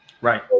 Right